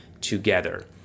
together